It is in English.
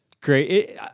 great